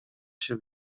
się